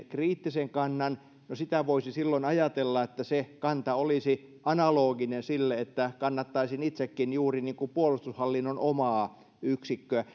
kriittisen kannan no silloin voisi ajatella että se kanta olisi analoginen tälle niin että kannattaisin itsekin juuri puolustushallinnon omaa yksikköä